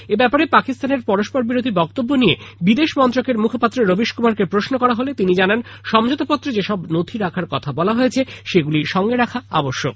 এব্যাপারে পাকিস্তানের পরস্পর বিরোধী বক্তব্য নিয়ে বিদেশ মন্ত্রকের মুখপাত্র রবীশ কুমারকে প্রশ্ন করা হলে তিনি জানান সমঝোতাপত্রে যেসব নথি রাখার কথা বলা হয়েছে সেগুলি সঙ্গে রাখা আবশ্যক